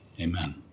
amen